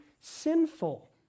sinful